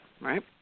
right